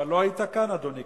אבל לא היית כאן, אדוני.